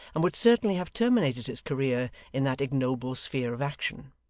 and would certainly have terminated his career in that ignoble sphere of action.